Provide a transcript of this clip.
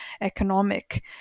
economic